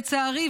לצערי,